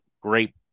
great